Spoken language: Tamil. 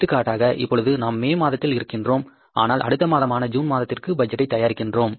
எடுத்துக்காட்டாக இப்பொழுது நாம் மே மாதத்தில் இருக்கின்றோம் ஆனால் அடுத்த மாதமான ஜூன் மாதத்திற்கு பட்ஜெட்டை தயாரிக்கிறோம்